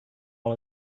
all